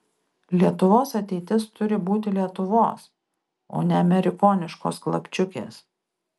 lietuvos ateitis turi būti lietuvos o ne amerikoniškos klapčiukės